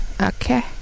okay